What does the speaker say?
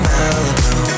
Malibu